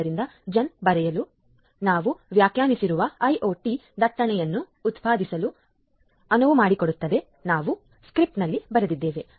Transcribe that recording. ಆದ್ದರಿಂದ ಜನ್ ಬರೆಯುವುದು ಎಂದರೆ ನಾವು ವ್ಯಾಖ್ಯಾನಿಸಿರುವ ಐಒಟಿ ದಟ್ಟಣೆಯನ್ನು ಉತ್ಪಾದಿಸಲು ಅನುವು ಮಾಡಿಕೊಡುತ್ತದೆ ನಾವು ಸ್ಕ್ರಿಪ್ಟ್ನಲ್ಲಿ ಬರೆದಿದ್ದೇವೆ